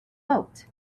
boat